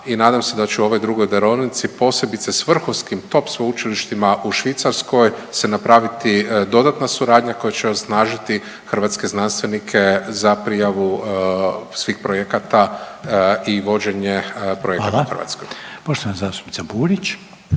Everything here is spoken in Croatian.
i nadam se da će u ovoj drugoj darovnici posebice sa vrhunskim top sveučilištima u Švicarskoj se napraviti dodatna suradnja koja će osnažiti hrvatske znanstvenike za prijavu svih projekata i vođenje projekata u Hrvatskoj. **Reiner,